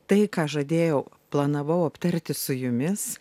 tai ką žadėjau planavau aptarti su jumis